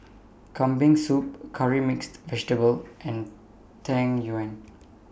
Kambing Soup Curry Mixed Vegetable and Tang Yuen